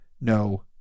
no